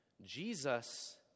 Jesus